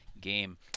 game